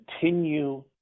continue